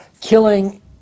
killing